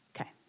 Okay